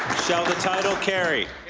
shall the title carry?